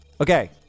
Okay